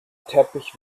teppich